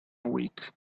week